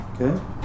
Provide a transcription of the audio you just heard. Okay